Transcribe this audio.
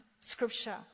scripture